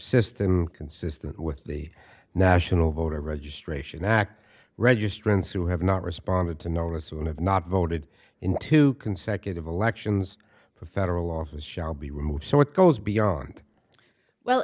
system consistent with the national voter registration act registrants who have not responded to notice and have not voted in two consecutive elections for federal office shall be removed so it goes beyond well